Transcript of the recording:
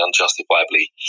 unjustifiably